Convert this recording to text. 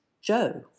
Joe